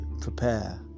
prepare